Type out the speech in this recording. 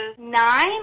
nine